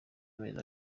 amezi